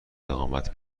اقامت